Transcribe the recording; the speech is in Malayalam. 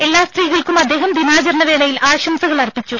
എല്ലാ സ്ത്രീകൾക്കും അദ്ദേഹം ദിനാചരണ വേളയിൽ ആശംസകൾ അർപ്പിച്ചു